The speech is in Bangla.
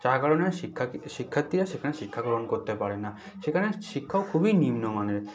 যার কারণে শিক্ষা কি শিক্ষার্থীরা সেখানে শিক্ষা গ্রহণ করতে পারে না সেখানে শিক্ষক খুবই নিম্নমানের